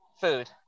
Food